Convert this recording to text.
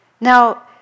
Now